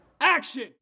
Action